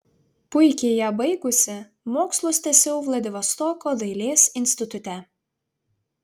puikiai ją baigusi mokslus tęsiau vladivostoko dailės institute